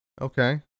Okay